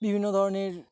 বিভিন্ন ধরনের